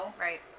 right